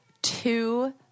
two